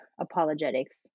apologetics